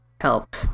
help